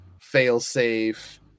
fail-safe